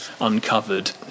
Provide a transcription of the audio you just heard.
uncovered